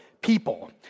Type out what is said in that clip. people